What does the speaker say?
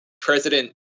President